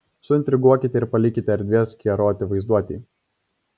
suintriguokite ir palikite erdvės keroti vaizduotei